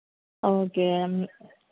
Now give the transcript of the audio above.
okay